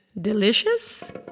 Delicious